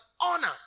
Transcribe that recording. honor